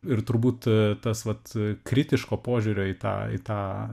ir turbūt tas vat kritiško požiūrio į tą į tą